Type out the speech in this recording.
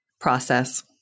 process